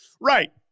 right